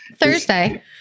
Thursday